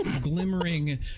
glimmering